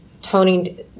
toning